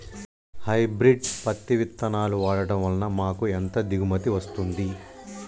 Hybrid పత్తి విత్తనాలు వాడడం వలన మాకు ఎంత దిగుమతి వస్తుంది?